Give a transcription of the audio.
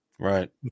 Right